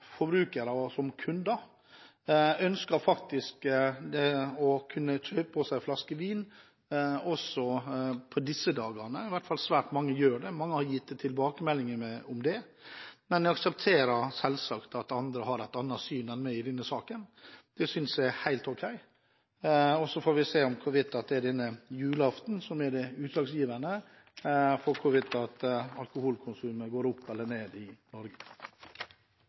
forbrukere og kunder ønsker å kunne kjøpe oss en flaske vin også på disse dagene. Svært mange gjør det, og mange har gitt tilbakemeldinger om det. Jeg aksepterer selvsagt at andre har et annet syn enn meg i denne saken. Det synes jeg er helt ok. Så får vi se om julaften er det utslagsgivende for hvorvidt alkoholkonsumet går opp eller ned i Norge.